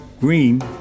Green